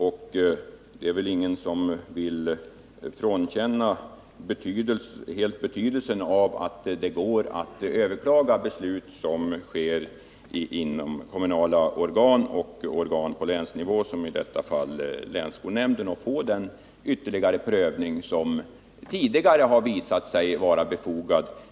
Ingen kan väl helt bortse från betydelsen av att beslut som träffas av kommunala organ och av organ på länsnivå, i detta fall länsskolnämnd, kan överklagas och därmed bli föremål för den ytterligare prövning som tidigare har visat sig vara befogad.